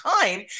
time